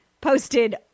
posted